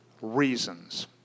reasons